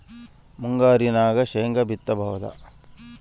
ಮುಂಗಾರಿನಾಗ ಶೇಂಗಾ ಬಿತ್ತಬಹುದಾ?